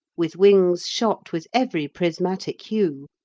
with wings shot with every prismatic hue,